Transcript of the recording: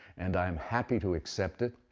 and i'm happy to accept it,